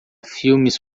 filmes